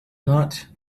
not